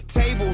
Tables